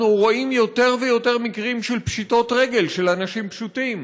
אנחנו רואים יותר ויותר מקרים של פשיטות רגל של אנשים פשוטים.